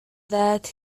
that